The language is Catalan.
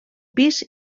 pis